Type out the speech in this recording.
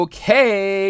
Okay